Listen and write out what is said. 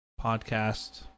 podcast